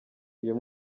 uyu